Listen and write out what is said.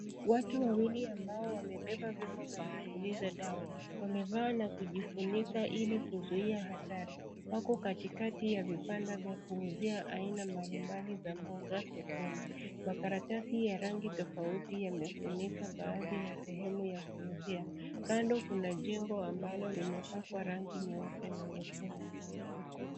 Watu wawili ambao wamebeba vyombo vya kupuliza dawa, wamevaa na kujifunika ili kuzuia hatari, wako katikati ya vibanda vya kuuzia aina mbalimbali za mboga sokoni, makaratasi tofauti yamefunika baadhi ya sehemu za kuuzia, kando kuna jengo ambalo limepakwa rangi nyeupe na nyekundu.